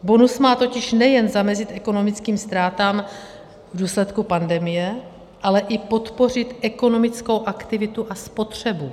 Bonus má totiž nejen zamezit ekonomickým ztrátám v důsledku pandemie, ale i podpořit ekonomickou aktivitu a spotřebu.